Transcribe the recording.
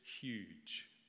huge